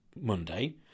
Monday